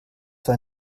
war